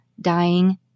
dying